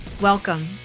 Welcome